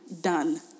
Done